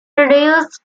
introduced